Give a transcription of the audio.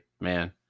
man